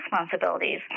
responsibilities